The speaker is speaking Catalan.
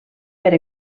per